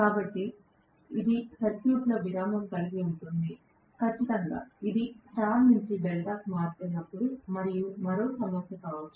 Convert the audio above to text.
కాబట్టి ఇది సర్క్యూట్లో విరామం కలిగి ఉంటుంది ఖచ్చితంగా ఇది స్టార్ నుండి డెల్టాకు మారుతున్నప్పుడు మరియు మరో సమస్య కూడా కావచ్చు